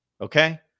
Okay